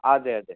അതെയതെ